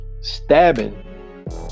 stabbing